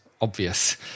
obvious